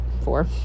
four